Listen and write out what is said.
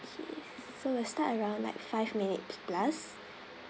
okay so we'll start around like five minute plus